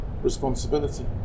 responsibility